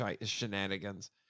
shenanigans